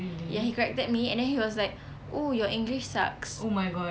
ya he corrected me and then he's like oh your english sucks